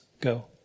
go